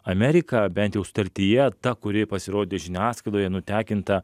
amerika bent jau sutartyje ta kuri pasirodė žiniasklaidoje nutekinta